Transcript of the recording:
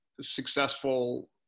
successful